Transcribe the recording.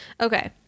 Okay